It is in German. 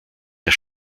der